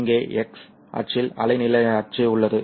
இங்கே x அச்சில் அலைநீள அச்சு உள்ளது